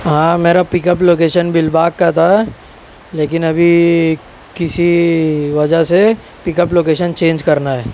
ہاں میرا pick up location بل باغ کا تھا لیکن ابھی کسی وجہ سے پک اپ لوکیشن چینج کرنا ہے